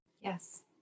Yes